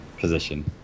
position